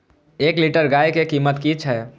एक लीटर गाय के कीमत कि छै?